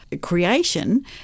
creation